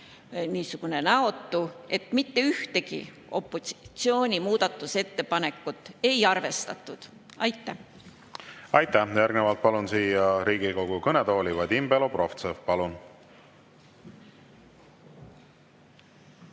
enam on näotu, et mitte ühtegi opositsiooni muudatusettepanekut ei arvestatud. Aitäh! Aitäh! Järgnevalt palun siia Riigikogu kõnetooli Vadim Belobrovtsevi. Palun!